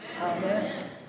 Amen